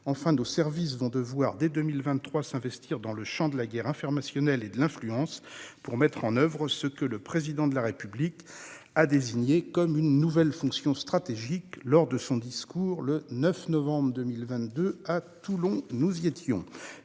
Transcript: Enfin, nos services vont devoir dès 2023 s'investir dans le champ de la guerre informationnelle et de l'influence pour mettre en oeuvre ce que le Président de la République a désigné comme une nouvelle « fonction stratégique » lors de son discours du 9 novembre 2022 à Toulon. Ces priorités